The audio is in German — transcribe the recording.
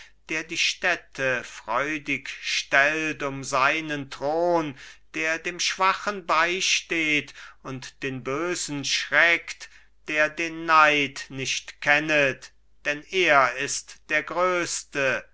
der die städte freudig stellt um seinen thron der dem schwachen beisteht und den bösen schreckt der den neid nicht kennet denn er ist der größte